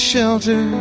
Shelter